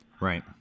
Right